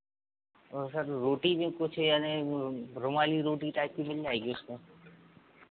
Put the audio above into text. और सर रोटी जो कुछ यानि रुमाली रोटी टाइप की मिल जाएगी उसमें